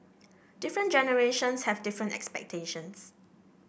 different generations have different expectations